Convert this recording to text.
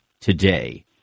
today